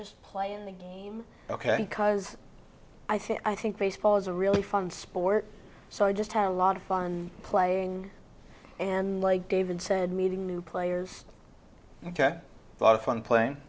just playing the game ok because i think i think baseball is a really fun sport so i just had a lot of fun playing and like david said meeting new players ok a lot of fun playing